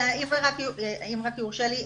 אם רק יורשה לי,